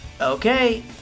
Okay